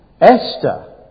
Esther